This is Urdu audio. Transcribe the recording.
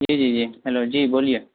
جی جی جی ہیلو جی بولیے